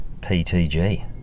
PTG